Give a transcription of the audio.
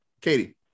Katie